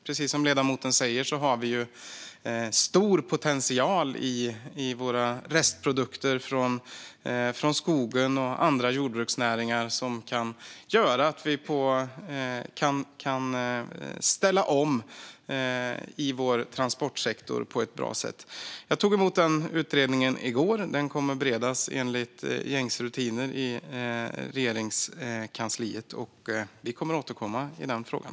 Precis som ledamoten säger har vi ju stor potential i våra restprodukter från skogen och andra jordbruksnäringar som kan göra att vi kan ställa om vår transportsektor på ett bra sätt. Jag tog emot den utredningen i går. Den kommer att beredas enligt gängse rutiner i Regeringskansliet, och vi kommer att återkomma i frågan.